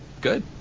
Good